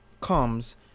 comes